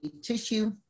tissue